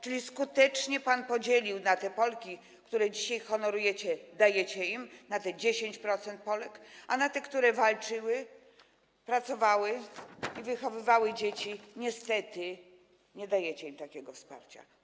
Czyli skutecznie pan podzielił Polki na te, które dzisiaj honorujecie, dajecie im świadczenie - to te 10% Polek - i na te, które walczyły, pracowały, wychowywały dzieci, a niestety nie dajecie im takiego wsparcia.